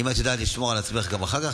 אם את יודעת לשמור על עצמך גם אחר כך,